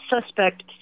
suspect